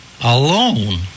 alone